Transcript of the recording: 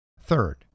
Third